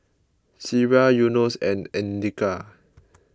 Syirah Yunos and andika